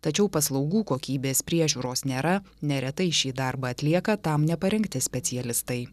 tačiau paslaugų kokybės priežiūros nėra neretai šį darbą atlieka tam neparengti specialistai